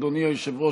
אדוני היושב-ראש,